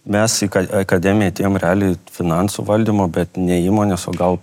mes į į akademiją atėjom realiai finansų valdymo bet ne įmonės o gal